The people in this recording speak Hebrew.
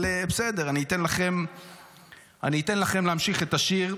אבל בסדר, אני אתן לכם להמשיך את השיר.